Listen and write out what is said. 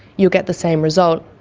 you'll get the same result.